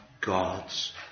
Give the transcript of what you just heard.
God's